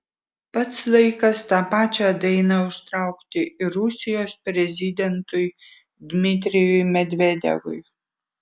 pats laikas tą pačią dainą užtraukti ir rusijos prezidentui dmitrijui medvedevui